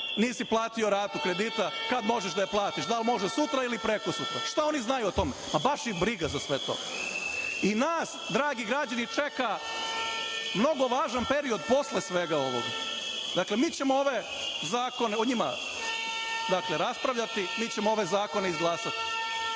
nisi platio ratu kredita, kada možeš da je platiš, da li možeš sutra ili prekosutra? Šta oni znaju o tome? Baš ih briga za sve to. Nas, dragi građani, čeka mnogo važan period posle svega ovoga. Dakle, mi ćemo ove zakone, o njima ćemo raspravljati, mi ćemo ove zakone izglasati.